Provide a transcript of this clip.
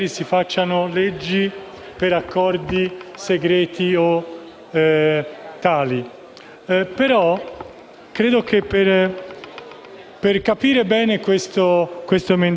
Se è vero che questo servizio può essere svolto nelle farmacie, non vedo perché non possa essere fatto in presenza di medici e di infermieri